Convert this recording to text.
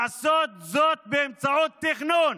לעשות זאת באמצעות תכנון.